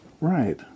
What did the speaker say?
right